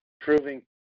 Proving